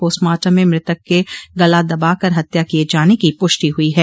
postmortem में मृतक के गला दबा कर हत्या किये जाने की पुष्टि हुई है